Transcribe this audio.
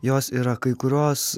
jos yra kai kurios